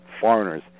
foreigners